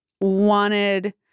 wanted